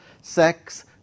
sex